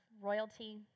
royalty